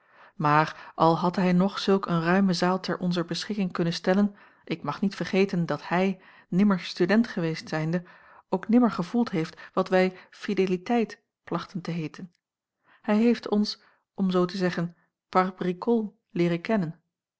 maar al had hij nog zulk eene ruime zaal ter onzer beschikking kunnen stellen ik mag niet vergeten dat hij nimmer student geweest zijnde ook nimmer gevoeld heeft wat wij fideliteit plachten te heeten hij heeft ons om zoo te zeggen par bricol leeren kennen